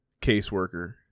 caseworker